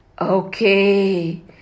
okay